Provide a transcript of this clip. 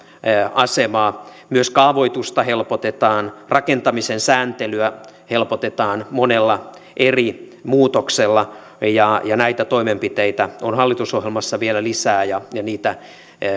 asemaa myös kaavoitusta helpotetaan rakentamisen sääntelyä helpotetaan monella eri muutoksella näitä toimenpiteitä on hallitusohjelmassa vielä lisää ja ja niitä